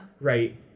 Right